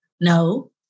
No